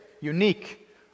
unique